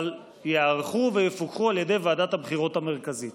אבל ייערכו ויפוקחו על ידי ועדת הבחירות המרכזית.